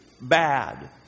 bad